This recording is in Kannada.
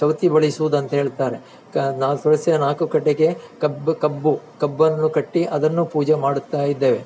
ಚೌತಿ ಬಡಿಸುವುದು ಅಂತ ಹೇಳ್ತಾರೆ ಕ ನಾನು ತುಳಸಿಯ ನಾಲ್ಕು ಕಡೆಗೆ ಕಬ್ಬು ಕಬ್ಬು ಕಬ್ಬನ್ನು ಕಟ್ಟಿ ಅದನ್ನು ಪೂಜೆ ಮಾಡುತ್ತಾ ಇದ್ದೇವೆ